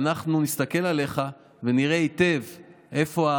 ואנחנו נסתכל עליך ונראה היטב איפה,